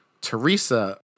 Teresa